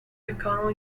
mcconnell